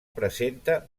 presenta